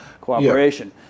cooperation